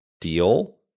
deal